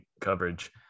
coverage